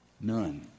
None